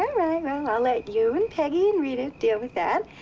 i'll let you, and peggy, and rita deal with that.